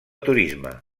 turisme